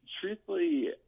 truthfully